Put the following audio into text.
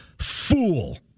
fool